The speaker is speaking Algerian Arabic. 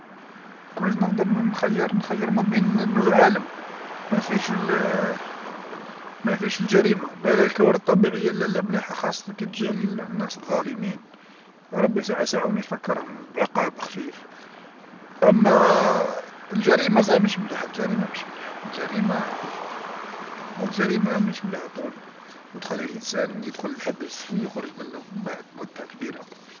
وكان جيت نقدر نخير نخير ما بين أنو عالم ما فيهش ما فيهش الجريمه لا لا الكوارث الطبيعيه لا لا مليحه خاصة كتجي للناس الظالمين ربي ساعه ساعه يفكرهم بعقاب خفيف أما الجريمه صح مش مليحه الجريمه مش مليحه الجريمة الجريمة ماهيش مليحه طول وتخلي الإنسان يدخل للحبس ويخرج منو ومن بعد مده كبيره.